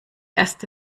erste